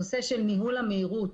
הנושא של ניהול המהירות